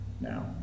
now